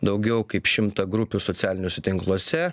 daugiau kaip šimtą grupių socialiniuose tinkluose